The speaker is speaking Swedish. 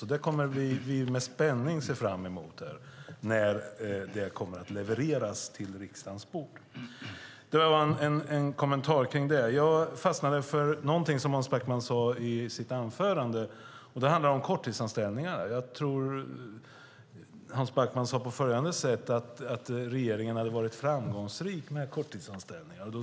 Vi ser med spänning fram emot när det kommer att levereras till riksdagens bord. Jag fastnade för någonting som Hans Backman sade i sitt anförande. Det handlar om korttidsanställningar. Jag tror att Hans Backman sade att regeringen varit framgångsrik med korttidsanställningar.